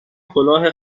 کلاه